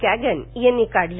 कगन यांनी काढले